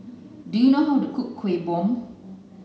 Do you know how to cook kueh bom